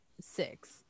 six